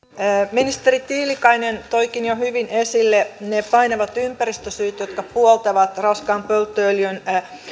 ministeri tiilikainen toikin jo hyvin esille ne painavat ympäristösyyt jotka puoltavat raskaan polttoöljyn